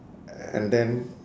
and then